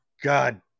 god